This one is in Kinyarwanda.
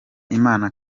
imana